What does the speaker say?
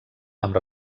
amb